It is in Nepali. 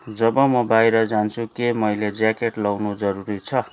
जब म बाहिर जान्छु के मैले ज्याकेट लाउनु जरुरी छ